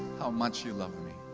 how much you love me.